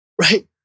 right